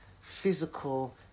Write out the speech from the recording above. physical